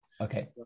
Okay